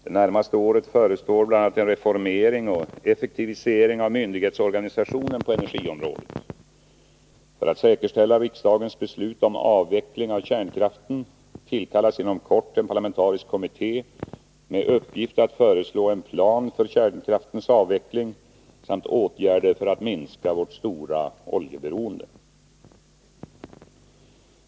Det närmaste året förestår bl.a. en reformering och effektivisering av myndighetsorganisationen på energiområdet. För att säkerställa riksdagens beslut om avveckling av kärnkraften tillkallas inom kort en parlamentarisk kommitté med uppgift att föreslå en plan för kärnkraftens avveckling samt åtgärder för att minska vårt stora oljeberoende.